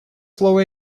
слово